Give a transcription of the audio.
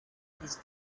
his